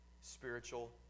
spiritual